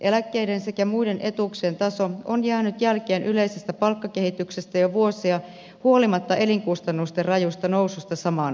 eläkkeiden sekä muiden etuuksien taso on jäänyt jälkeen yleisestä palkkakehityksestä jo vuosia huolimatta elinkustannusten rajusta noususta samaan aikaan